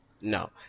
No